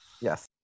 Yes